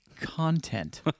content